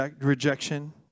rejection